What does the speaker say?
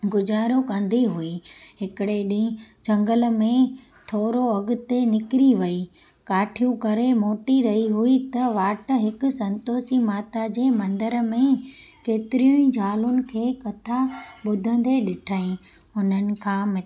गुज़ारो कंदी हुई हिकिड़े ॾींहुं झंगल में थोड़ो अॻिते निकिरी वेई काठियूं करे मोटी रही हुई त वाट हिक संतोषी माता जे मंदिर में केतिरियूं ई ज़ालुनि खे कथा ॿुधंदे ॾिठई उन्हनि खां